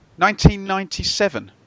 1997